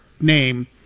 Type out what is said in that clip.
name